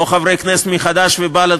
או חברי כנסת מחד"ש ובל"ד,